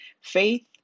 faith